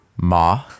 Ma